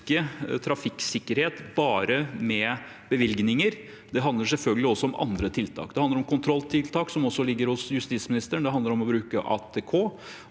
trafikksikkerhet bare med bevilgninger. Det handler selvfølgelig også om andre tiltak. Det handler om kontrolltiltak, som også ligger hos justisministeren, det handler om å bruke ATK,